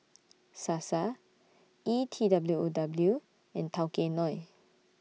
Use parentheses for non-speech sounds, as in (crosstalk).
(noise) Sasa E T W O W and Tao Kae Noi